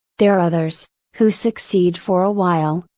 there are others, who succeed for a while,